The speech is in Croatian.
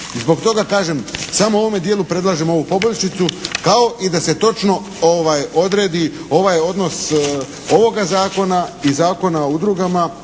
zbog toga kažem samo u ovome dijelu predlažem ovu poboljšicu kao i da se točno odredi ovaj odnos ovoga zakona i Zakona o udrugama